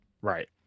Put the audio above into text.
Right